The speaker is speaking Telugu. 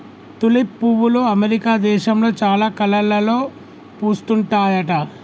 తులిప్ పువ్వులు అమెరికా దేశంలో చాలా కలర్లలో పూస్తుంటాయట